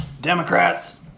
Democrats